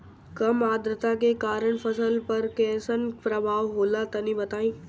कम आद्रता के कारण फसल पर कैसन प्रभाव होला तनी बताई?